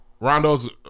Rondo's